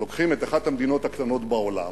לוקחים את אחת המדינות הקטנות בעולם,